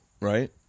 right